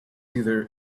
either